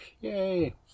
Yay